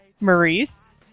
Maurice